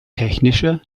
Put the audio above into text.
technischer